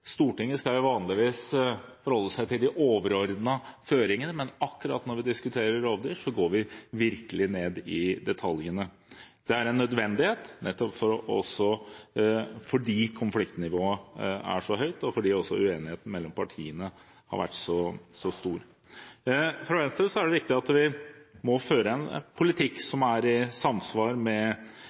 Stortinget skal vanligvis forholde seg til de overordnede føringene, men akkurat når vi diskuterer rovdyr, går vi virkelig ned i detaljene. Det er en nødvendighet fordi konfliktnivået er så høyt, og fordi uenigheten mellom partiene har vært så stor. For Venstre er det viktig at vi fører en politikk som er i samsvar med